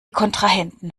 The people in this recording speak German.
kontrahenten